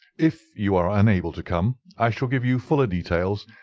if you are unable to come i shall give you fuller details,